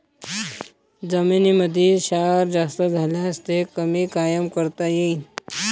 जमीनीमंदी क्षार जास्त झाल्यास ते कमी कायनं करता येईन?